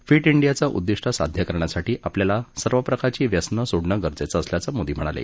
feet इंडीयाचं उद्दीष्ट साध्य करण्यासाठी आपल्याला सर्व प्रकारची व्यसनं सोडणं गरजेचं असल्याचंही मोदी म्हणाले